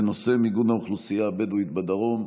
בנושא: מיגון האוכלוסייה הבדואית בדרום.